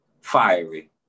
fiery